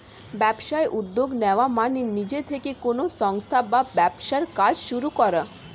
ব্যবসায় উদ্যোগ নেওয়া মানে নিজে থেকে কোনো সংস্থা বা ব্যবসার কাজ শুরু করা